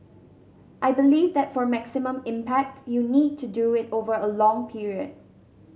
I believe that for maximum impact you need to do it over a long period